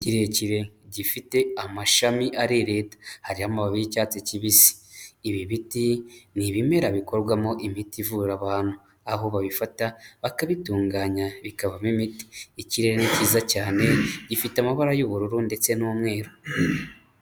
Kirekire gifite amashami arereta hariho amababi y'icyatsi kibisi, ibi biti ni ibimera bikorwamo imiti ivura abantu, aho babifata bakabitunganya bikavamo imiti, ikirere cyiza cyane gifite amabara y'ubururu ndetse n'umweru.